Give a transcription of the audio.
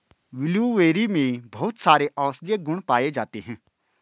blueberry में बहुत सारे औषधीय गुण पाये जाते हैं